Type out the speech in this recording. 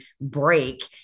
break